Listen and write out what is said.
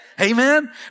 Amen